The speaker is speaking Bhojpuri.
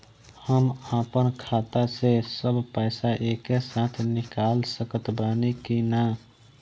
हम आपन खाता से सब पैसा एके साथे निकाल सकत बानी की ना?